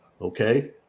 okay